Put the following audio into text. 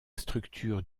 structure